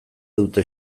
dute